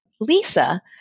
Lisa